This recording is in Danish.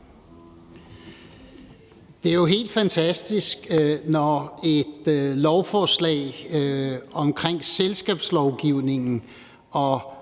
Det er jo helt fantastisk, når et beslutningsforslag om selskabslovgivningen og